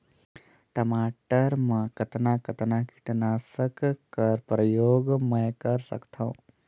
टमाटर म कतना कतना कीटनाशक कर प्रयोग मै कर सकथव?